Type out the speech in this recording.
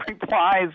replies